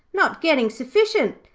not getting sufficient',